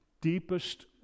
deepest